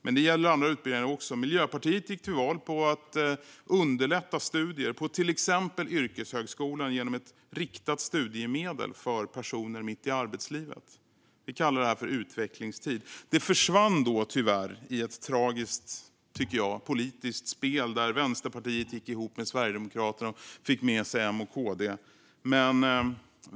Men det gäller även andra utbildningar - Miljöpartiet gick till val på att underlätta studier på till exempel yrkeshögskolan genom ett riktat studiemedel för personer mitt i arbetslivet. Vi kallar det utvecklingstid. Det förslaget försvann tyvärr i ett, tycker jag, tragiskt politiskt spel där Vänsterpartiet gick ihop med Sverigedemokraterna och fick med sig M och KD.